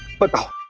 but